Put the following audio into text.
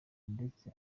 ndetse